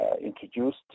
introduced